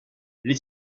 les